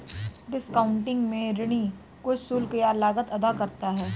discounting में ऋणी कुछ शुल्क या लागत अदा करता है